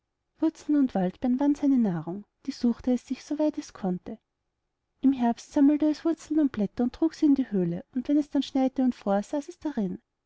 wurzeln und waldbeeren waren seine nahrung die suchte es sich so weit es kommen konnte im herbst sammelte es wurzeln und blätter und trug sie in die höhle und wenn es dann schneite und fror saß es darin